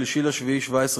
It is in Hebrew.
3 ביולי 2017,